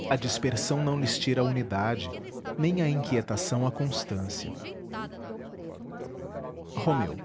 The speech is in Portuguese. tudo a dispersão não lhes tira a unidade nem a inquietação a constância romeu